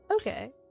Okay